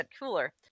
cooler